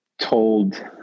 told